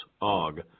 Og